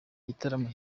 gitaramo